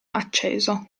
acceso